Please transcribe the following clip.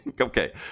Okay